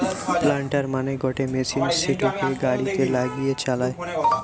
planter মানে গটে machine সিটোকে গাড়িতে লাগিয়ে চালায়